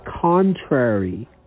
contrary